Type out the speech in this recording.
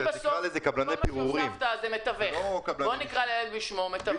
נקרא לזה קבלני פירורים, לא קבלני משנה.